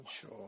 Sure